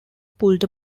pulled